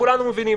שכולנו מבינים,